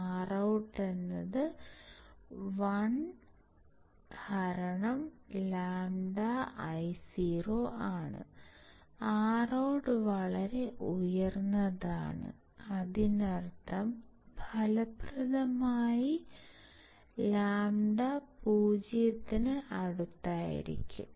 ROUT1λIo ROUT വളരെ ഉയർന്നതാണ് അതിനർത്ഥം ഫലപ്രദമായ λ 0 ന് അടുത്തായിരിക്കും